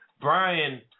Brian